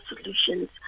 solutions